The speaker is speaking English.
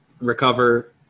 recover